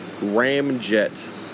ramjet